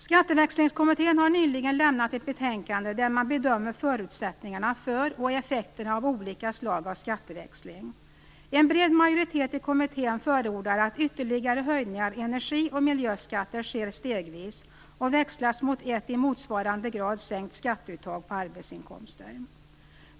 Skatteväxlingskommittén har nyligen lämnat ett betänkande där man bedömer förutsättningarna för, och effekterna av, olika slag av skatteväxling. En bred majoritet i kommittén förordar att ytterligare höjningar av energi och miljöskatter sker stegvis och växlas mot ett i motsvarande grad sänkt skatteuttag på arbetsinkomster.